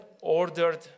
ordered